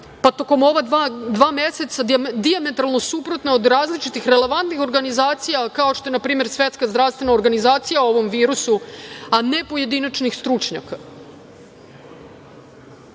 tokom ova dva meseca, dijametralno suprotna od različitih relevantnih organizacija, kao što je na primer Svetska zdravstvena organizacija, o ovom virusu, a ne pojedinačnih stručnjaka. Dakle,